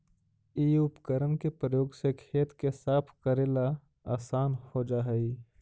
इ उपकरण के प्रयोग से खेत के साफ कऽरेला असान हो जा हई